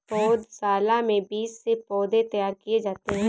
पौधशाला में बीज से पौधे तैयार किए जाते हैं